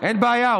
אין בעיה,